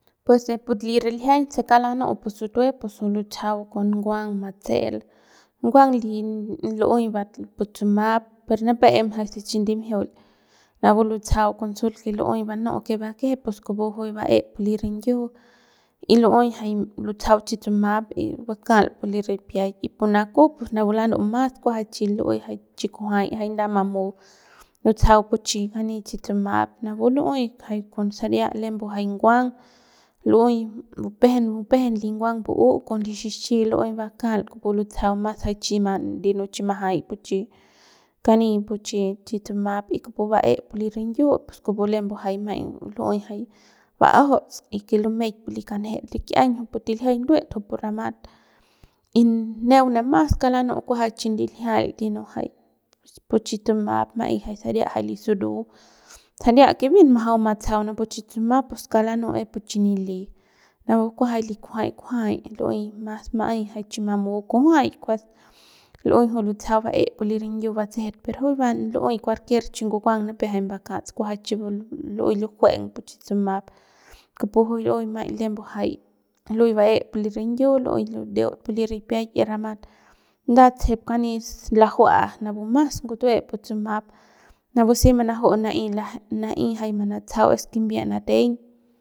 Pus de pu li riljiañ se kauk lanu'ut pu sutue pus juy lutsajau con nguang matse'el nguang li lu'uey pu tsuma'ap per nipep em jay se chi ndimjiul rapu lutsajau con sul que lu'uey banu'u que bakeje con kupu juy ba'e li rinyiu y li'uey jay lutsajau chu tsuma'ap bakal pu li ripiak y pu naku pus napu lanu'u mas kuas jay chi lu'uey jay chi kujuay jay nda mamu lutsajau pu chi kani chi tsuma'ap napu lu'ey jay con saria lembu jay nguang lu'uey bupejen bupejen li nguang bu'u con li xixi lu'uey kupu lu'uey bakal lutsajau mas jay yino chi majay pu chi kani pu chi tsuma'ap y kupu ba'e pu li rinyiu pus kupu lembu jay maiñ jay ba'ajauts y que luemeik pu li kanjet likiañ tiljiañ nduet kupu ramat y neuk ne mas kuas lanu'u kuas jay chi ndiljial ndino pu chi tsuma'ap ma'ey jay saria li suru saria que bien majau matsajau napu chi tsuma'ap pus kauk lanu'u es pu chi nili napu kuas jay lu kujuay kujuay lu'uey mas ma'ey jay chi mamu kujuay kuas lu'uey juy lutsajau ba'et pu li rinyiu batsejet per ju va lu'uey kuarkier chi ngukuang nipep jay mbakats kua jay chi lu'uey lujueng pu chi tsuma'ap kupu juy lembu jay lu'uey ba'et pu li rinyiu lu'uey lidiut pu li ripiak y ramat nda tsejep kani slajua napu mas ngutue pu suma'ap napu si manuju'u na'ey jay manatsajau es kimbie nateng.